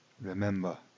Remember